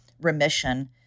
remission